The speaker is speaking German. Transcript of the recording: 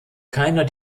keiner